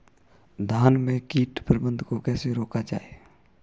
धान में कीट प्रबंधन को कैसे रोका जाता है?